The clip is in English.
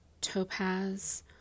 topaz